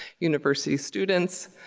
university students.